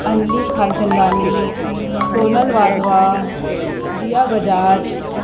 Anil Khanchandani Sonal Wadhwa Dia Bajaj